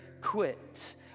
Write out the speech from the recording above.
quit